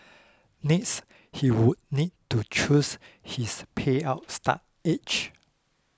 next he would need to choose his payout start age